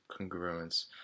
congruence